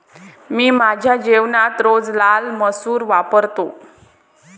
मी माझ्या जेवणात रोज लाल मसूर वापरतो